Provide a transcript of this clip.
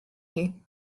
you